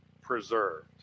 preserved